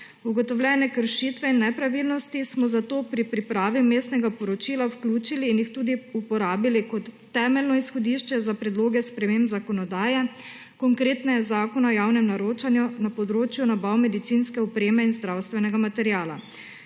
Ugotovljene kršitve in nepravilnosti smo zato pri pripravi vmesnega poročila vključili in jih tudi uporabili kot temeljno izhodišče za predloge sprememb zakonodaje, konkretneje zakona o javnem naročanju na področju nabav medicinske opreme in zdravstvenega materiala.